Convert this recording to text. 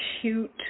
cute